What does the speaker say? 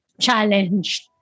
challenged